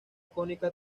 cónica